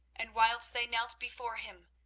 and whilst they knelt before him,